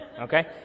okay